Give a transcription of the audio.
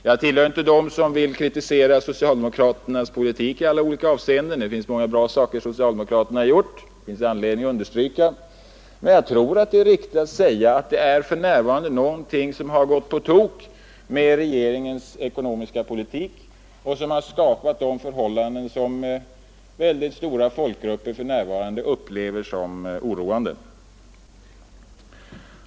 Jag tillhör inte dem som vill kritisera socialdemokraternas politik i alla olika avseenden — socialdemokraterna har gjort många bra saker, det finns anledning att understryka det — men jag tror att det är riktigt att säga att det nu är någonting som har gått på tok med regeringens ekonomiska politik och skapat de förhållanden som stora folkgrupper för närvarande upplever som oroande.